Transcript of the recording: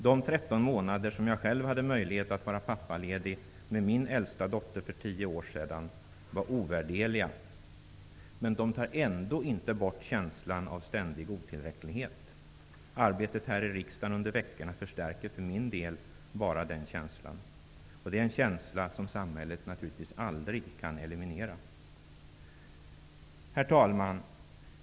De 13 månader som jag själv hade möjlighet att vara pappaledig med min äldsta dotter för tio år sedan var ovärderliga. Men de tar ändå inte bort känslan av ständig otillräcklighet. Arbetet här i riksdagen under veckorna bara förstärker den känslan för min del. Det är en känsla som samhället naturligtvis aldrig kan eliminera. Herr talman!